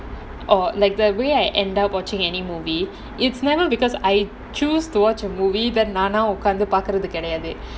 or like the way I end up watching any movie it's never because I choose to watch a movie மாமா உட்கார்ந்து பாக்குறது கெடயாது:mama utkaarnthu paakurathu kedayaathu